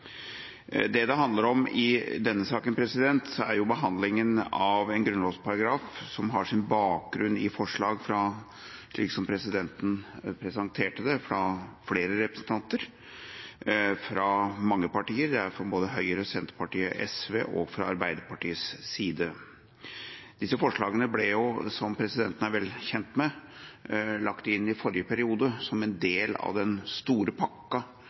denne saken handler om, er behandlinga av en grunnlovsparagraf som har sin bakgrunn i forslag – slik som presidenten presenterte det – fra flere representanter, fra mange partier: Høyre, Senterpartiet, SV og Arbeiderpartiet. Disse forslagene ble – som presidenten er vel kjent med – fremmet i forrige periode, som en del av den store